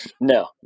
No